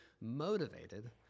motivated